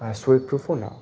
আর সোয়েটপ্রুফও না